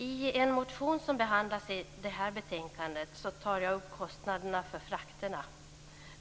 I en motion som behandlas i detta betänkande tar jag upp kostnaderna för frakterna.